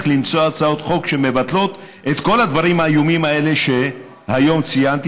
למצוא הצעות חוק שמבטלות את כל הדברים האיומים האלה שהיום ציינתי.